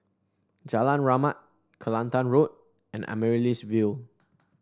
Jalan Rahmat Kelantan Road and Amaryllis Ville